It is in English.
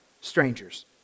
strangers